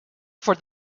for